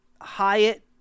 Hyatt